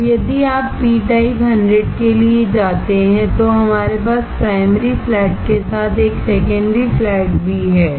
अब यदि आप ptype 100 के लिए जाते हैं तो हमारे पास प्राइमरी फ्लैट के साथ एक सेकेंडरी फ्लैट भी है